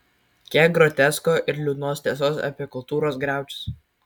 kiek grotesko ir liūdnos tiesos apie kultūros griaučius